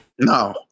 No